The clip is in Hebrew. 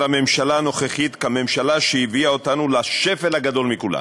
הממשלה הנוכחית כממשלה שהביאה אותנו לשפל הגדול מכולם.